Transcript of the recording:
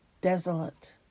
desolate